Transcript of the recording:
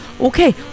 Okay